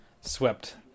swept